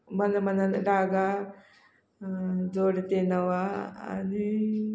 मन मनन धागा जोडतो नवा आनी